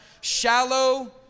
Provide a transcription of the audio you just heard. Shallow